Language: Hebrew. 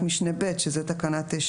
בתקנה 12 בתקנת משנה (א) (שזה כלל התקנות),